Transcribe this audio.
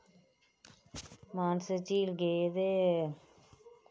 मानसर झील गे ते उत्थै बड़ी बड्डी जगह्